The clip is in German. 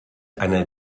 eine